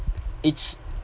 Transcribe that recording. it’s